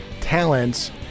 talents